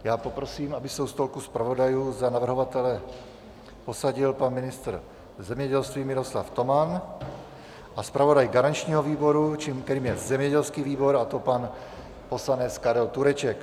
Já poprosím, aby se u stolku zpravodajů za navrhovatele posadil pan ministr zemědělství Miroslav Toman a zpravodaj garančního výboru, kterým je zemědělský výbor, a to pan poslanec Karel Tureček.